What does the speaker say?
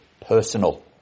personal